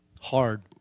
hard